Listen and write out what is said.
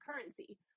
currency